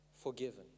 forgiven